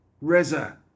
Reza